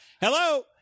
Hello